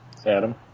Adam